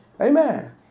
Amen